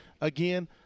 again